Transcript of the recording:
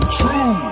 true